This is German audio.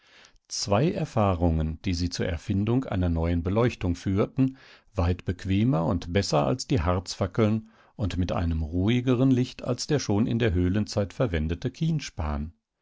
zwei erfahrungen die sie zur erfindung einer neuen beleuchtung führten weit bequemer und besser als die harzfackeln und mit einem ruhigeren licht als der schon in der höhlenzeit verwendete